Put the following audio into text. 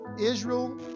Israel